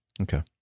okay